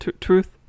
Truth